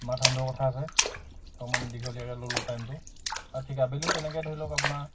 কথা আছে অকণমান দীঘলীয়াকৈ ল'লোঁ টাইমটো আৰু ঠিক আবেলিও তেনেকৈ ধৰি লওক আপোনাৰ